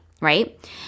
right